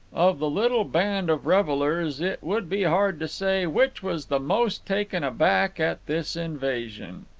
of the little band of revellers it would be hard to say which was the most taken aback at this invasion.